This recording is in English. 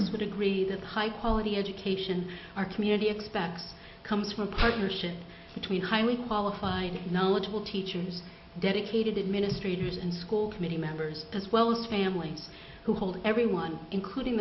us would agree that the high quality education our community expects comes from a partnership between highly qualified knowledgeable teachers dedicated administrators and school committee members as well as family who hold everyone including